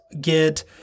get